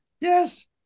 Yes